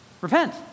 repent